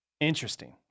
interesting